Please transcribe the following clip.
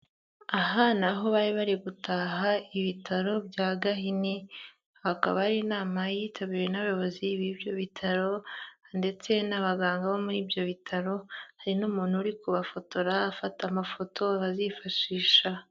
Aha ni aho bari bari gutaha ibitaro bya Gahini. Akaba ari inama yitabiriwe n'abayobozi b'ibyo bitaro ndetse n'abaganga bo muri ibyo bitaro, hari n'umuntu uri kubafotora, afata amafoto bazifashisha.